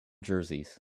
jerseys